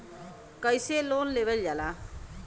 कैसे लोन लेवल जाला?